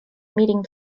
meeting